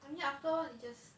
I mean after all 你 just